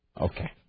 Okay